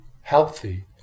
healthy